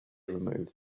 removed